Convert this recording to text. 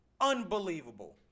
unbelievable